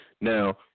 Now